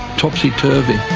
topsy-turvy.